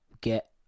get